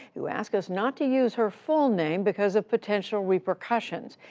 who asked us not to use her full name because of potential repercussions.